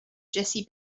jessie